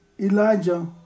Elijah